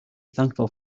thankful